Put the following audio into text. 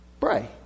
Pray